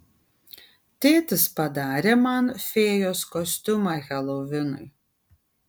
tėtis padarė man fėjos kostiumą helovinui